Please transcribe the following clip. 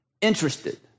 interested